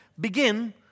begin